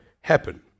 happen